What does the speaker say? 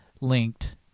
linked